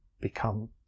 become